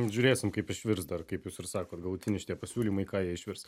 žiūrėsim kaip išvirs dar kaip jūs ir sakot galutiniai šitie pasiūlymai į ką jie išvirs